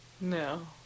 No